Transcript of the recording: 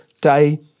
day